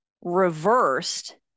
reversed